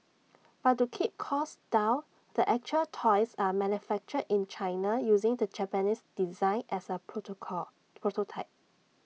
but to keep costs down the actual toys are manufactured in China using the Japanese design as A prototype